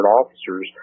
officers